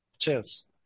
Cheers